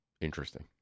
interesting